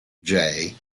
jay